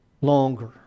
longer